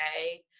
okay